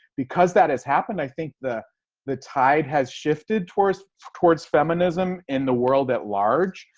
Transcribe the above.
because that has happened, i think the the tide has shifted towards towards feminism in the world at large.